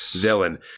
villain